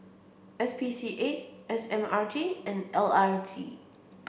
S P C A S M R T and L R T